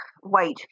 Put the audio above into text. white